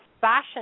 fashion